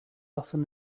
often